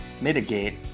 mitigate